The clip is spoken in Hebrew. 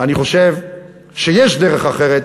אני חושב שיש דרך אחרת,